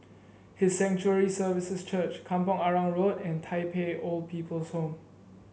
His Sanctuary Services Church Kampong Arang Road and Tai Pei Old People's Home